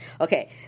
Okay